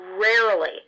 Rarely